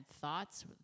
thoughts